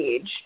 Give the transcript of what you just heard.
age